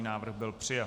Návrh byl přijat.